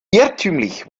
irrtümlich